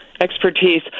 expertise